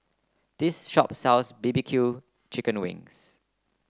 this shop sells B B Q chickened wings